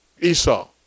Esau